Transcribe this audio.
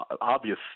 obvious